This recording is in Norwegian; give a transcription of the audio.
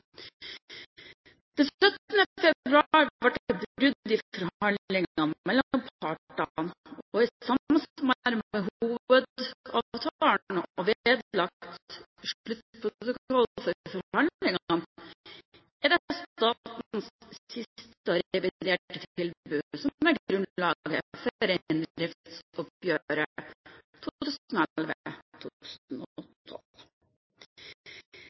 februar ble det brudd i forhandlingene mellom partene, og i samsvar med hovedavtalen og vedlagt sluttprotokoll fra forhandlingene er det statens siste og reviderte tilbud som